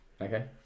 okay